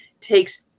takes